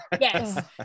Yes